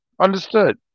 Understood